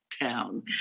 town